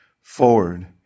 forward